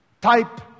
Type